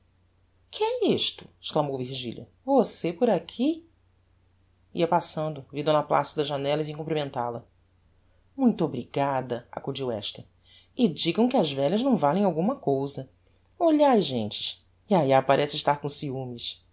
é isto exclamou virgilia você por aqui ia passando vi d placida á janella e vim comprimental a muito obrigada acudiu esta e digam que as velhas não valem alguma cousa olhae gentes yayá parece estar com ciumes